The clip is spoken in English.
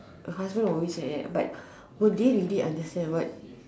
a husband will always say like that but will they really understand what